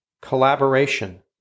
collaboration